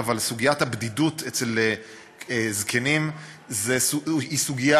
אבל סוגיית הבדידות אצל זקנים היא סוגיה